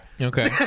Okay